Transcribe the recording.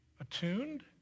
attuned